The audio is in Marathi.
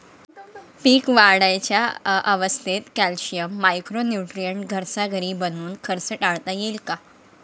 पीक वाढीच्या अवस्थेत कॅल्शियम, मायक्रो न्यूट्रॉन घरच्या घरी बनवून खर्च टाळता येईल का?